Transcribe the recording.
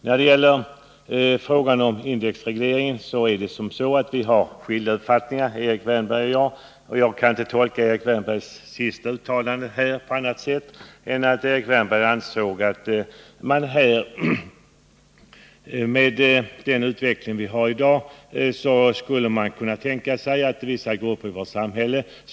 När det gäller frågan om indexreglering har Erik Wärnberg och jag skilda uppfattningar. Jag kan inte tolka Erik Wärnbergs senaste uttalande på annat sätt än att han vill skärpa den direkta skatten för vissa grupper i vårt samhälle.